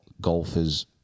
golfers